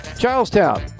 Charlestown